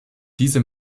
diese